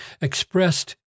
expressed